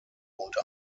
und